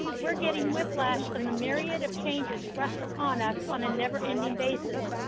we're getting whiplash from the myriad of changes thrust upon us on a never ending basis.